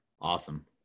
Awesome